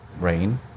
rain